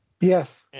yes